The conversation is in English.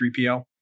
3PL